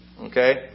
Okay